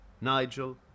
Nigel